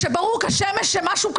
כשברור כשמש שמשהו קרה.